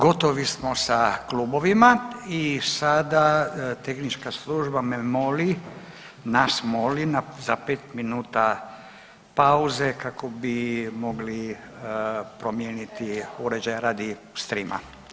Gotovi smo sa klubovima i sada tehnička služba me moli, nas moli za pet minuta pauze kako bi mogli promijeniti uređaj radi streama.